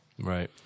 Right